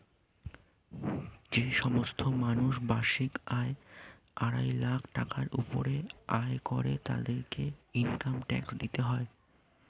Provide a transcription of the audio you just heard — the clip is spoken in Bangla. যে সমস্ত মানুষ বার্ষিক আড়াই লাখ টাকার উপরে আয় করে তাদেরকে ইনকাম ট্যাক্স দিতে হয়